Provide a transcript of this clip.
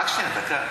רק שנייה, דקה.